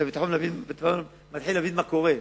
אתה מתחיל להבין מה קורה.